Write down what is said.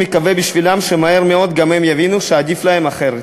מקווה בשבילם שמהר מאוד גם הם יבינו שעדיף להם אחרת.